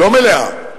לא מלאה,